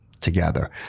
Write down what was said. together